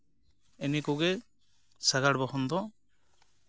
ᱱᱮᱜ ᱮ ᱱᱤᱭᱟᱹ ᱠᱚᱜᱮ ᱥᱟᱜᱟᱲ ᱵᱟᱦᱚᱱ ᱫᱚ